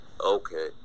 Okay